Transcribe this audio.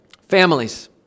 Families